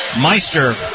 Meister